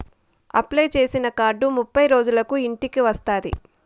apply చేసిన card ముప్పై రోజులకు ఇంటికి వస్తాది